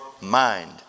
mind